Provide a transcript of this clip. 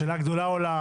שאלה גדולה עולה